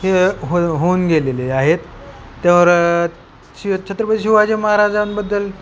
हे हो होऊन गेलेले आहेत त्यावर शि छत्रपती शिवाजी महाराजां बद्दल